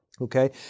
Okay